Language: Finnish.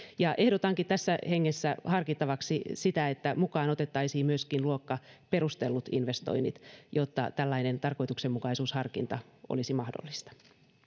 ehdotankin tässä hengessä harkittavaksi sitä että mukaan otettaisiin myöskin luokka perustellut investoinnit jotta tällainen tarkoituksenmukaisuusharkinta olisi mahdollista